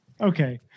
okay